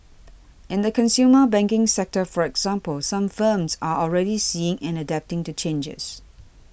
in the consumer banking sector for example some firms are already seeing and adapting to changes